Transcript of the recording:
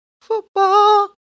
football